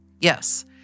Yes